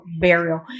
burial